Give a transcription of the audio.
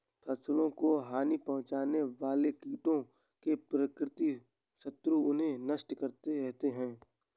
फसलों को हानि पहुँचाने वाले कीटों के प्राकृतिक शत्रु उन्हें नष्ट करते रहते हैं